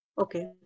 okay